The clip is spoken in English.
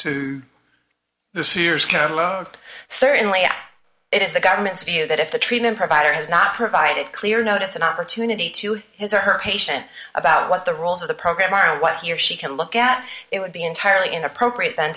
to the sears catalog and certainly it is the government's view that if the treatment provider has not provided clear notice an opportunity to his or her patient about what the rules of the program are and what he or she can look at it would be entirely inappropriate then